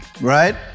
right